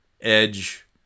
Edge